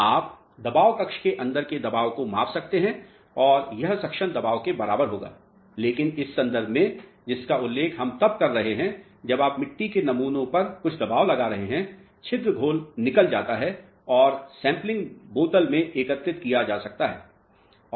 आप दबाव कक्ष के अंदर के दबाव को माप सकते हैं और यह सक्शन दबाव के बराबर होगा लेकिन इस संदर्भ में जिसका उल्लेख हम तब कर रहे हैं जब आप मिट्टी के नमूनों पर कुछ दबाव लगा रहे हैं छिद्र घोल निकल जाता है और सैंपलिंग बोतल में एकत्रित किया जा सकता है